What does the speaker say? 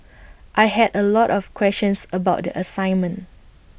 I had A lot of questions about the assignment